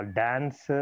dance